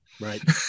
Right